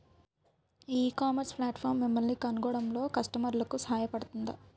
ఈ ecommerce platform మిమ్మల్ని కనుగొనడంలో కస్టమర్లకు సహాయపడుతుందా?